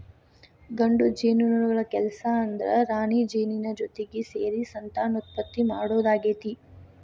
ಗಂಡು ಜೇನುನೊಣಗಳ ಕೆಲಸ ಅಂದ್ರ ರಾಣಿಜೇನಿನ ಜೊತಿಗೆ ಸೇರಿ ಸಂತಾನೋತ್ಪತ್ತಿ ಮಾಡೋದಾಗೇತಿ